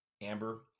Amber